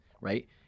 right